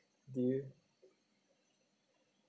do you